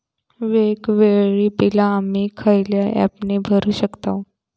वेगवेगळी बिला आम्ही खयल्या ऍपने भरू शकताव?